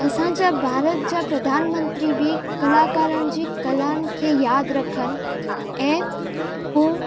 असांजा भारत जा प्रधानमंत्री बि कलाकारनि जी कलाउंनि खे यादि रखन ऐं हू